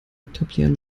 etablieren